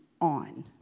on